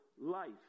life